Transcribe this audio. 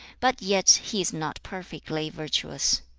but yet he is not perfectly virtuous